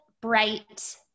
bright